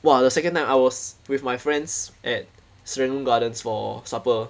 !wah! the second night I was with my friends at serangoon gardens for supper